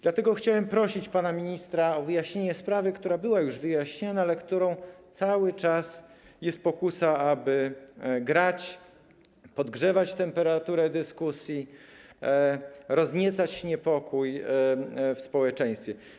Dlatego chciałem prosić pana ministra o wyjaśnienie sprawy, która była już wyjaśniana, ale co do której cały czas jest pokusa, aby nią grać, podgrzewać temperaturę dyskusji, rozniecać niepokój w społeczeństwie.